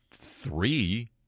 three